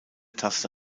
taste